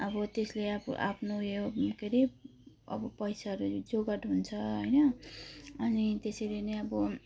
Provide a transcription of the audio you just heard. अब त्यसले अब आफ्नो उयो के अरे पैसाहरू जोगाड हुन्छ होइन अनि त्यसरी नै अब